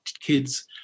kids